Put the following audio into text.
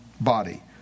body